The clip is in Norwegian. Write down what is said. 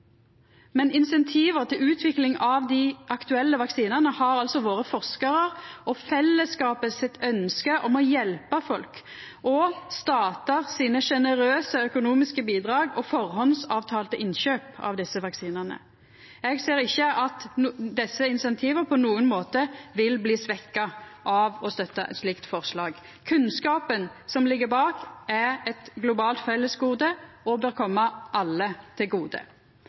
men insentiva til utvikling av dei aktuelle vaksinane har altså vore ønsket frå forskarar og fellesskapet om å hjelpa folk, og statar sine sjenerøse økonomiske bidrag og førehandsavtalte innkjøp av desse vaksinane. Eg ser ikkje at desse insentiva på nokon måte vil bli svekte av å støtta eit slikt forslag. Kunnskapen som ligg bak, er eit globalt fellesgode og bør koma alle til gode.